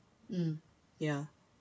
mm ya